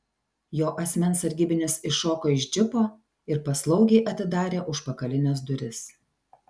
jo asmens sargybinis iššoko iš džipo ir paslaugiai atidarė užpakalines duris